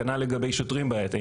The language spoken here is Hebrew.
כנ"ל לגבי שוטרים בעייתיים.